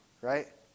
right